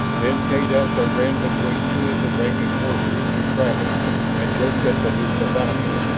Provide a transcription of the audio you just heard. then kaydessa ran between two of the ringing horses to travis and jerked at the loop about him.